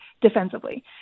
defensively